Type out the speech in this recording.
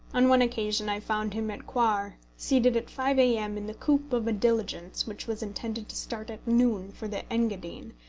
on one occasion i found him at coire seated at five a m. in the coupe of a diligence which was intended to start at noon for the engadine,